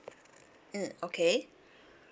mm okay